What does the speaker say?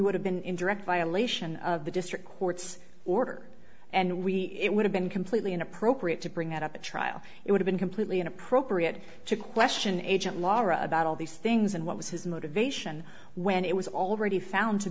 would have been in direct violation of the district court's order and we it would have been completely inappropriate to bring that up at trial it would have been completely inappropriate to question agent lara about all these things and what was his motivation when it was already found to